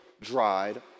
dried